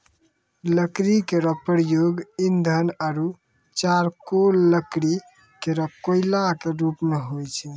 लकड़ी केरो प्रयोग ईंधन आरु चारकोल लकड़ी केरो कोयला क रुप मे होय छै